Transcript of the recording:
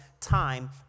time